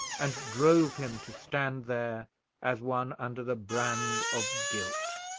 and drove him to stand there as one under the brand of guilt.